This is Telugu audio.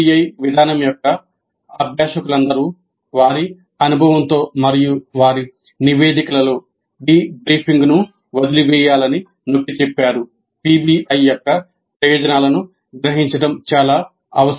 పిబిఐ విధానం యొక్క అభ్యాసకులందరూ వారి అనుభవంలో మరియు వారి నివేదికలలో డిబ్రీఫింగ్ను వదిలివేయకూడదని నొక్కిచెప్పారు పిబిఐ యొక్క ప్రయోజనాలను గ్రహించడం చాలా అవసరం